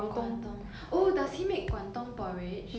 广东 oh does he make 广东 porridge